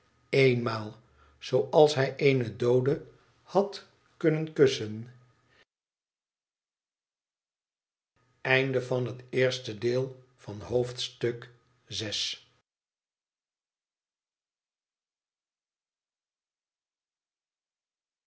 eenmaal zooals hij eene doode had kunnen kussen